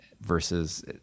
versus